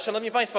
Szanowni Państwo!